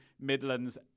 Midlands